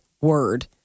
word